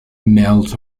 males